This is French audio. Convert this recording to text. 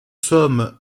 sommes